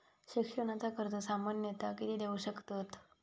शिक्षणाचा कर्ज सामन्यता किती देऊ शकतत?